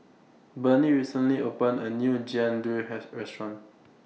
Burney recently opened A New Jian Dui has Restaurant